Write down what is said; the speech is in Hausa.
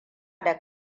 da